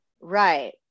Right